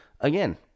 Again